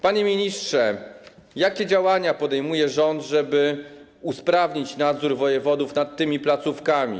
Panie ministrze, jakie działania podejmuje rząd, żeby usprawnić nadzór wojewodów nad tymi placówkami?